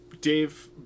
Dave